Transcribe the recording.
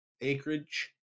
acreage